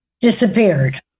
disappeared